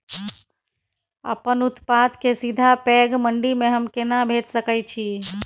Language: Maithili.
अपन उत्पाद के सीधा पैघ मंडी में हम केना भेज सकै छी?